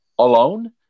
alone